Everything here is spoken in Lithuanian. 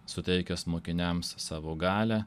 suteikęs mokiniams savo galią